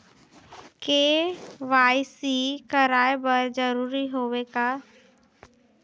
KYC कराय बर जरूरी हवे का?